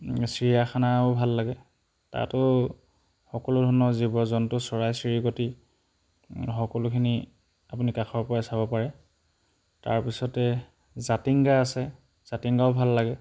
চিৰিয়াখানাও ভাল লাগে তাতো সকলো ধৰণৰ জীৱ জন্তু চৰাই চিৰিকটি সকলোখিনি আপুনি কাষৰপৰাই চাব পাৰে তাৰপিছতে জাতিংগা আছে জাতিংগাও ভাল লাগে